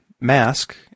mask